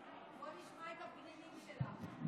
בואו נשמע את הפנינים שלה.